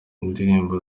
ndirimbo